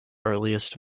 earliest